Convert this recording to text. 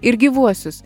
ir gyvuosius